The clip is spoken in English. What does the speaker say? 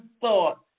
thought